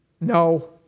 No